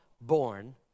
born